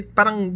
Parang